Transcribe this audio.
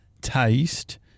taste